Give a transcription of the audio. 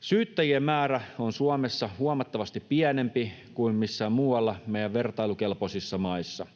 Syyttäjien määrä on Suomessa huomattavasti pienempi kuin missään muualla meidän vertailukelpoisissa maissa.